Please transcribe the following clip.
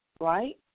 right